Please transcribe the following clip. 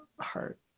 heart